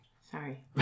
sorry